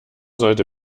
sollte